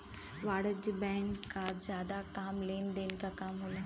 वाणिज्यिक बैंक क जादा काम लेन देन क काम होला